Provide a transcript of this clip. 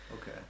Okay